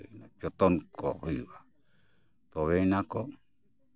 ᱟᱹᱱᱤᱡ ᱡᱚᱛᱚᱱ ᱠᱚ ᱦᱩᱭᱩᱜᱼᱟ ᱛᱚᱵᱮᱭᱟᱱᱟ ᱠᱚ